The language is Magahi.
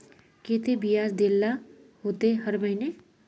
केते बियाज देल ला होते हर महीने?